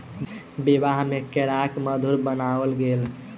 विवाह में केराक मधुर बनाओल गेल